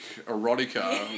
erotica